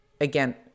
again